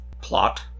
plot